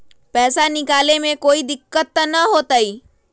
पैसा निकाले में कोई दिक्कत त न होतई?